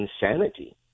insanity